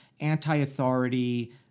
anti-authority